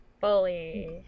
fully